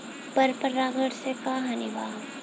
पर परागण से का हानि बा?